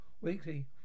Weekly